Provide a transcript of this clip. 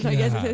yes,